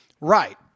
right